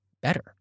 better